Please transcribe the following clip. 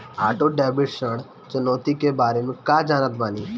Auto debit ऋण चुकौती के बारे में कया जानत बानी?